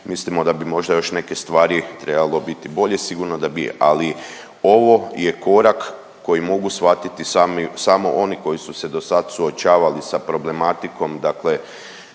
mislimo da bi možda još neke stvari trebalo biti bolje, sigurno da bi, ali ovo je korak koji mogu svatiti samo oni koji su se do sad suočavali sa problematikom dakle